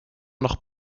noch